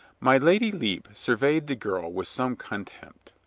my lady lepe surveyed the girl with some con tempt.